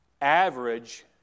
Average